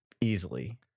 easily